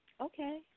Okay